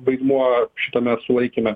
vaidmuo šitame sulaikyme